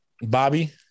Bobby